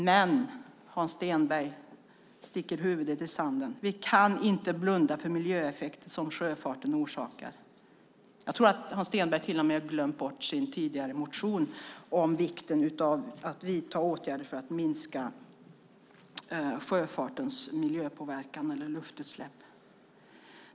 Men Hans Stenberg sticker huvudet i sanden. Vi kan inte blunda för den miljöeffekt som sjöfarten orsakar. Jag tror att Hans Stenberg till och med har glömt bort sin tidigare motion om vikten av att vidta åtgärder för att minska sjöfartens miljöpåverkan och luftutsläpp.